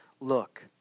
look